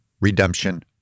redemption